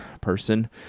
person